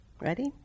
Ready